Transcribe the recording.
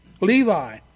Levi